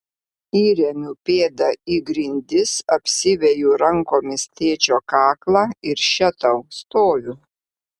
įremiu pėdą į grindis apsiveju rankomis tėčio kaklą ir še tau stoviu